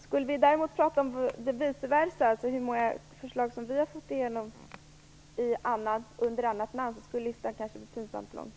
Skulle vi däremot prata om hur många förslag som vi har fått igenom under annat namn, skulle kanske listan bli pinsamt lång.